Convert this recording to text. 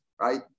right